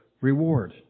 reward